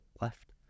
left